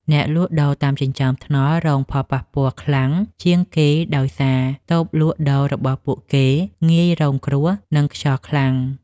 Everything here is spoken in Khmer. អ្នកលក់ដូរតាមចិញ្ចើមថ្នល់រងផលប៉ះពាល់ខ្លាំងជាងគេដោយសារតូបលក់ដូររបស់ពួកគេងាយរងគ្រោះនឹងខ្យល់ខ្លាំង។